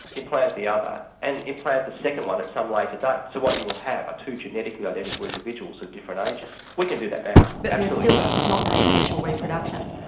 implant the other and implant the second one at some later like date. so what you will have are two genetically identical individuals of different ages. we can do that now. but still it's not asexual reproduction.